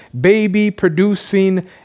baby-producing